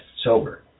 sober